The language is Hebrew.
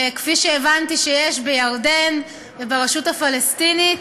כפי שהבנתי שיש בירדן וברשות הפלסטינית,